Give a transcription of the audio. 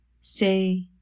say